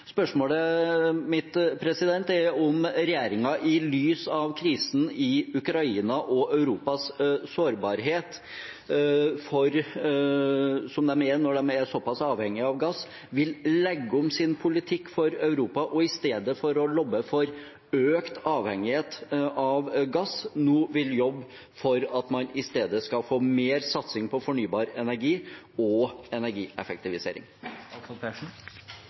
Spørsmålet mitt er om regjeringen i lys av krisen i Ukraina og Europas sårbarhet når de er såpass avhengig av gass, vil legge om sin politikk for Europa, og i stedet for å lobbe for økt avhengighet av gass nå vil jobbe for at man skal satse mer på fornybar energi og energieffektivisering?